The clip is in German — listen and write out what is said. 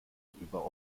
über